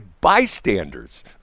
bystanders